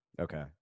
Okay